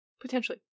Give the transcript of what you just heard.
potentially